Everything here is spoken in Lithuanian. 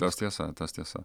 tas tiesa tas tiesa